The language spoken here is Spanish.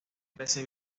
trece